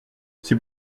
c’est